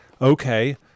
okay